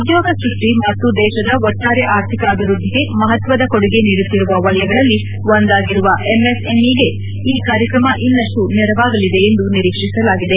ಉದ್ಯೋಗ ಸೃಷ್ಟಿ ಮತ್ತು ದೇಶದ ಒಟ್ಟಾರೆ ಆರ್ಥಿಕ ಅಭಿವ್ಯದ್ದಿಗೆ ಮಹತ್ವದ ಕೊಡುಗೆ ನೀಡುತ್ತಿರುವ ವಲಯಗಳಲ್ಲಿ ಒಂದಾಗಿರುವ ಎಂಎಸ್ಎಂಇಗೆ ಈ ಕಾರ್ಯಕ್ರಮ ಇನ್ನಷ್ಟು ನೆರವಾಗಲಿದೆ ಎಂದು ನಿರೀಕ್ಷಿಸಲಾಗಿದೆ